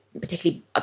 particularly